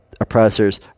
oppressors